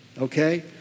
Okay